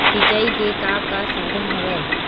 सिंचाई के का का साधन हवय?